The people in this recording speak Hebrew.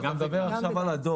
גם וגם.